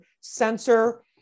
censor